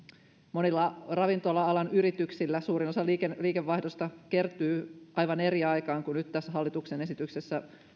monilla ravintola alan yrityksillä suurin osa liikevaihdosta kertyy aivan eri aikaan kuin nyt tässä hallituksen esityksessä